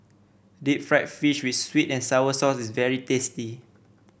Deep Fried Fish with sweet and sour sauce is very tasty